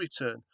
return